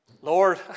Lord